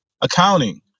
accounting